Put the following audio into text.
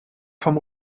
vom